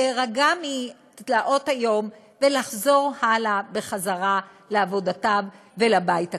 להירגע מתלאות היום ולחזור לעבודותיו ולבית הקטן.